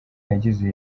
yagize